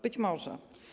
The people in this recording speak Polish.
Być może.